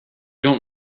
don’t